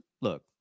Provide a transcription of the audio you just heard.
Look